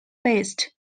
based